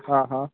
हा हा